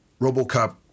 RoboCop